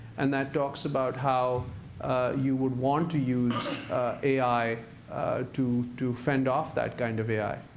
and that talks about how you would want to use ai to to fend off that kind of ai.